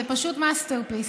זה פשוט masterpiece.